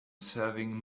serving